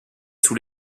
sous